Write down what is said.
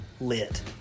lit